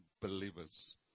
believers